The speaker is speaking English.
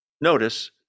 Notice